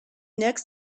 next